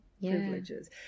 privileges